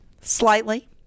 slightly